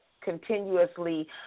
continuously